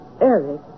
Eric